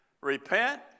Repent